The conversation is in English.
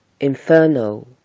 inferno